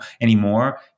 anymore